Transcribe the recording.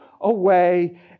away